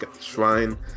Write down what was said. shrine